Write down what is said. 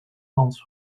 land